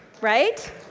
Right